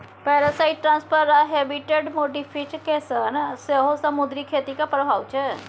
parasite transfer आ habitat modification सेहो समुद्री खेतीक प्रभाब छै